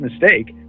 mistake